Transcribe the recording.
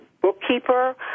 bookkeeper